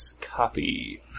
copy